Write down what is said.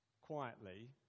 quietly